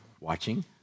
watching